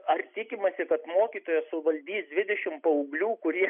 ar tikimasi kad mokytoja suvaldys dvidešimt paauglių kurie